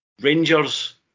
Rangers